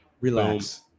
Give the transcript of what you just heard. Relax